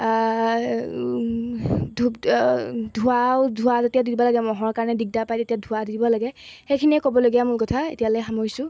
ধুপ ধোৱাও ধোৱা যেতিয়া দিব লাগে মহৰ কাৰণে দিগদাৰ পায় তেতিয়া ধোঁৱা দি দিব লাগে সেইখিনিয়ে ক'বলগীয়া মোৰ কথা এতিয়ালৈ সামৰিছোঁ